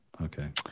Okay